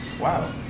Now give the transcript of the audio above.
wow